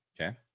Okay